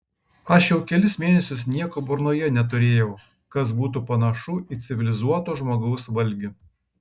aš jau kelis mėnesius nieko burnoje neturėjau kas būtų panašu į civilizuoto žmogaus valgį